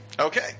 Okay